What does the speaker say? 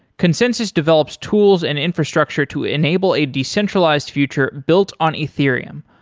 consensys develops tools and infrastructure to enable a decentralized future built on ethereum,